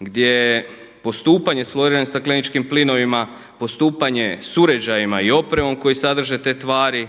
gdje postupanje sa floriranim stakleničkim plinovima, postupanje sa uređajima i opremom koji sadrže te tvari,